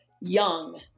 young